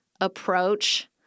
approach